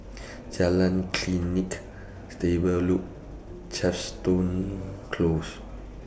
Jalan Klinik Stable Loop Chepstow Close